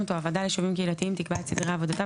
הוועדה ליישובים קהילתיים תקבע את סדרי עבודתה,